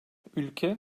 ülke